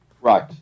Right